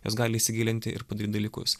jos gali įsigilinti ir padaryt dalykus